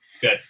good